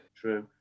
True